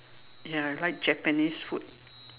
ya I like Japanese food